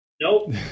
nope